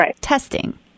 testing